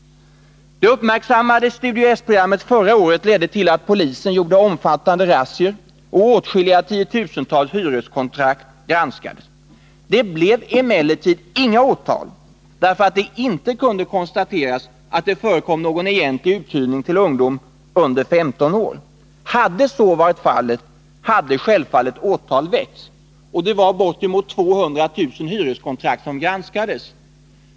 Det uppmärksammade Studio S-programmet förra året ledde till att polisen gjorde omfattande razzior och att åtskilliga tiotusental hyreskontrakt granskades. Emellertid väcktes inga åtal, därför att det inte kunde konstateras att det förekom någon egentlig uthyrning till ungdom under 15 år. Hade så varit fallet hade åtal naturligtvis väckts. Bortemot 200 000 hyreskontrakt granskades.